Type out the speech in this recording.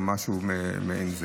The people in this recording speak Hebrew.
או לחלופין להציג תצהיר מעורך דין.